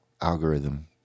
algorithm